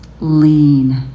lean